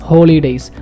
Holidays